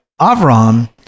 Avram